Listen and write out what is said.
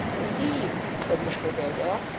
indeed, said mr haredale,